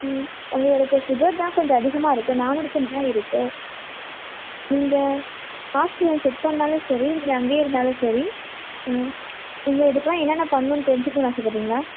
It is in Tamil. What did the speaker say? ம் உங்களுக்கு ஸுகர்தான் கொஞ்சம் அதிகமாக இருக்கு நாநூறுக்கும் மேலயிருக்கு இந்த ஹாஸ்பிட்டலில் செக் பண்ணாலும் சரி நீங்கள் அங்கேயே இருந்தாலும் சரி ம் நீங்கள் இதுக்கெல்லாம் என்னான்ன பண்ணும் தெரிஞ்சிக்கணும்ன்னு ஆசை பட்றீங்களா